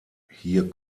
hier